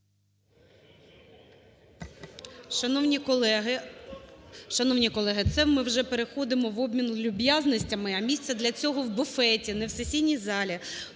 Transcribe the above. Шановні колеги! Це ми вже переходимо в обмін люб'язностями, а місце для цього в буфеті, не в сесійній залі.